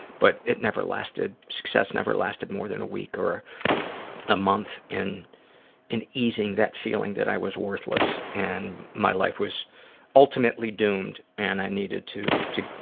but it never lasted. success never lasted more than a week or a month in in easing that feeling that i was worthless and my life was ultimately doomed and i needed to to